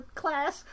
class